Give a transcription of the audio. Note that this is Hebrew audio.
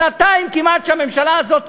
שנתיים כמעט שהממשלה הזאת קיימת,